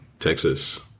Texas